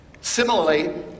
Similarly